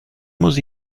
muss